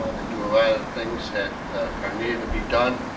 do a lot of things that are needed to be done.